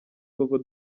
koko